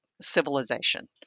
civilization